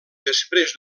després